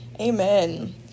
Amen